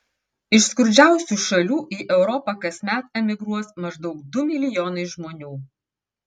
iš skurdžiausių šalių į europą kasmet emigruos maždaug du milijonai žmonių